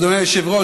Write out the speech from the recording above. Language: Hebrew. אדוני היושב-ראש,